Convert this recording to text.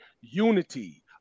unity